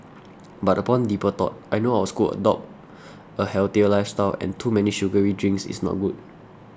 but upon deeper thought I know our school adopts a healthier lifestyle and too many sugary drinks is not good